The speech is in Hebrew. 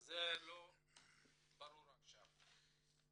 אז זה ברור עכשיו.